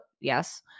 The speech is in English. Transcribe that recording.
yes